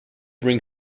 bring